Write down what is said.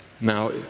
Now